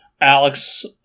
Alex